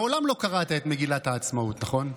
מעולם לא קראת את מגילת העצמאות, נכון?